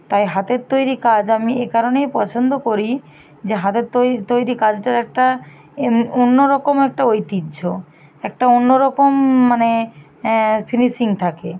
তাই হাতের তৈরি কাজ আমি এ কারণেই পছন্দ করি যে হাতের তৈরি কাজটার একটা অন্যরকম একটা ঐতিহ্য একটা অন্যরকম মানে ফিনিশিং থাকে